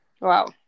Wow